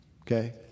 okay